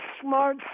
smart